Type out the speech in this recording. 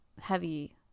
heavy